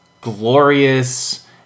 glorious